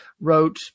wrote